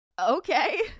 okay